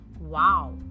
Wow